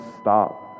stop